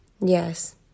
Yes